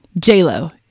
J-Lo